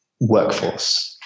workforce